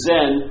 Zen